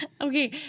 Okay